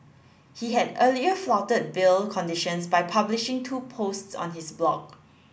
he had earlier flouted bail conditions by publishing two posts on his blog